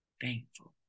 thankful